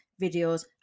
videos